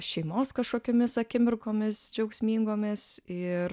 šeimos kažkokiomis akimirkomis džiaugsmingomis ir